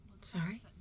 Sorry